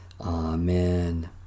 Amen